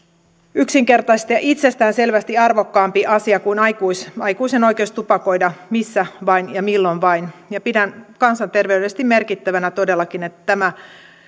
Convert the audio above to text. yksinkertaisesti ja itsestäänselvästi arvokkaampi asia kuin aikuisen aikuisen oikeus tupakoida missä vain ja milloin vain ja pidän kansanterveydellisesti merkittävänä todellakin että tämä